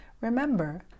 Remember